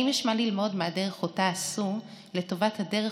האם יש מה ללמוד מהדרך שאותה עשו לטובת הדרך